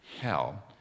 Hell